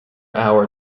hour